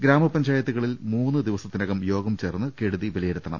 ഗ്രാമപഞ്ചായത്തുക ളിൽ മൂന്ന് ദിവസത്തിനകം യോഗം ചേർന്ന് കെടുതി വില യിരുത്തണം